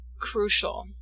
crucial